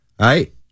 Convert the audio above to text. right